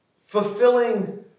fulfilling